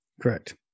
Correct